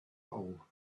hole